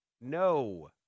No